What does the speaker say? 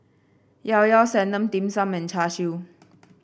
Llao Llao Sanum Dim Sum and Char Siu